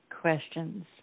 questions